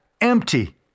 empty